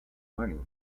learning